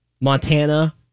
Montana